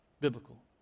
biblical